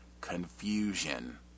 confusion